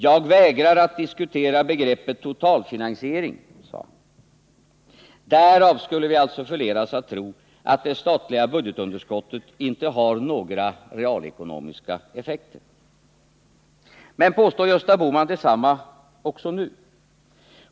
”Jag vägrar att diskutera begreppet totalfinansiering”, sade han. Därav skulle vi alltså förledas att tro att det statliga budgetunderskottet inte har några realekonomiska effekter. Men påstår Gösta Bohman detsamma också nu?